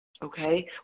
okay